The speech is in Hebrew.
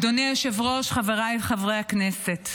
אדוני היושב-ראש, חבריי חברי הכנסת,